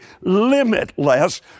limitless